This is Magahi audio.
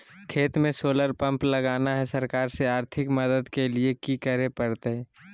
खेत में सोलर पंप लगाना है, सरकार से आर्थिक मदद के लिए की करे परतय?